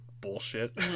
bullshit